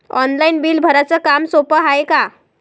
Online bill भराच काम सोपं हाय का?